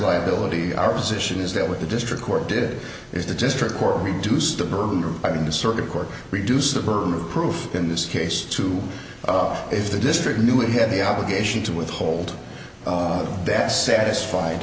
liability our position is that what the district court did is the district court reduced the i mean the circuit court reduce the burden of proof in this case to if the district knew it had the obligation to withhold that